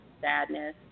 sadness